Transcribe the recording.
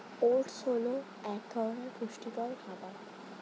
oats হল এক ধরনের পুষ্টিকর খাবার